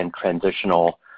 transitional